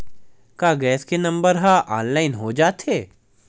का गैस के नंबर ह ऑनलाइन हो जाथे?